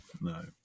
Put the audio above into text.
No